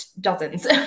Dozens